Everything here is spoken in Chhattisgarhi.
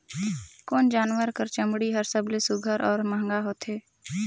कोन जानवर कर चमड़ी हर सबले सुघ्घर और महंगा होथे?